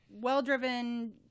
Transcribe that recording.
well-driven